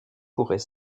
pourrait